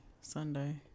Sunday